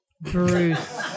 Bruce